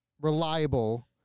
reliable